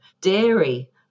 dairy